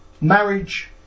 marriage